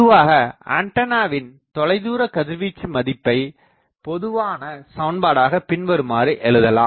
பொதுவாக ஆண்டனாவின் தொலைதூர கதிர்வீச்சு மதிப்பை பொதுவான சமன்பாடாகப் பின்வருமாறு எழுதலாம்